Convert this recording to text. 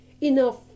enough